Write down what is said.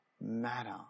matter